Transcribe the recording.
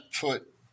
put